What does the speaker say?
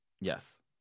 Yes